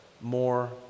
More